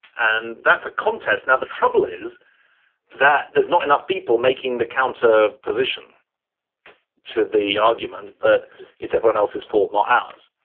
and that's a contest. now, the trouble is that there's not enough people making the counter position to the argument that it's everyone else's fault, not ours.